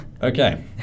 Okay